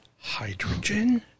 hydrogen